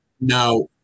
Now